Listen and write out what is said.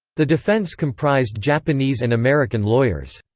the defense comprised japanese and american lawyers.